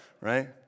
right